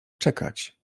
czekać